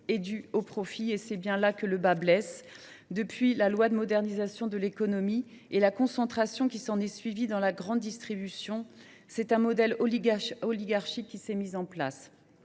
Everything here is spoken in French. est due aux profits. C’est bien là que le bât blesse ! Depuis la loi de modernisation de l’économie et la concentration qui s’est ensuivie dans la grande distribution, un modèle oligarchique s’est mis en place,